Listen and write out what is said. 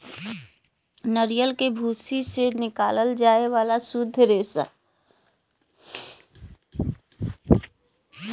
नरियल के भूसी से निकालल जाये वाला सुद्ध रेसा होला